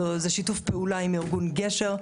זה שיתוף פעולה עם ארגון גשר.